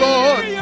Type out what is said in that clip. Lord